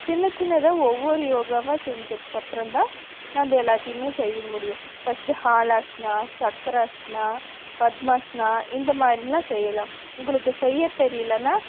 சின்ன சின்னதாக ஒவ்வொரு யோகாவா செஞ்சதுக்கப்புறோம் தான் நம்ம எல்லாத்தையுமே செய்ய முடியும் ஃபஸ்ட்டு ஹாலாஸ்னா சக்கராஸ்னா பத்மாஸ்னா இந்த மாதிரிலாம் செய்யலாம் உங்களுக்கு செய்ய தெரியலன்னா